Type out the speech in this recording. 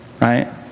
right